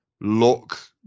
look